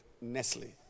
Nestle